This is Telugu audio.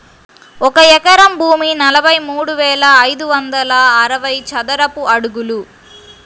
ఒక ఎకరం భూమి నలభై మూడు వేల ఐదు వందల అరవై చదరపు అడుగులు